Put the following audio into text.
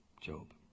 Job